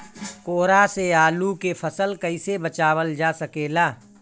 कोहरा से आलू के फसल कईसे बचावल जा सकेला?